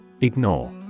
Ignore